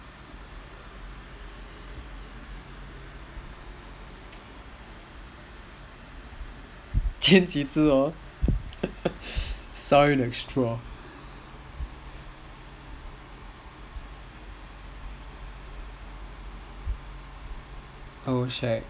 签几支哦 so extra